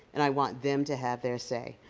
and i want them to have their say.